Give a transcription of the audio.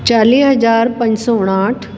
चालीह हज़ार पंज सौ उणहठि